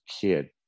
kid